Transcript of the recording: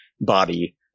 body